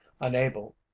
unable